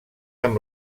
amb